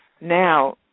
Now